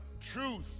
Truth